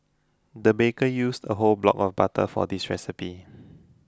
the baker used a whole block of butter for this recipe